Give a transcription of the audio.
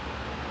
to buy